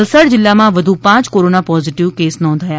વલસાડ જિલ્લામાં આજે વધુ પાંચ કોરોના પોઝીટીવ કેસ નોંધાયા